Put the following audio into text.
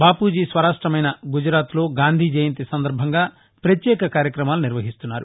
బాపూజీ స్వరాష్టమైన గుజరాత్లో గాంధీ జయంతి సందర్బంగా పత్యేక కార్యక్రమాలు నిర్వహిస్తున్నారు